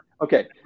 Okay